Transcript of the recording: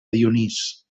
dionís